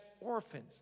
orphans